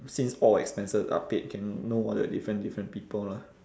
since all expenses are paid can know all the different different people lah